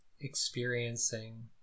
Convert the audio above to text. experiencing